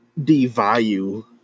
devalue